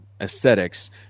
aesthetics